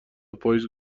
پاییز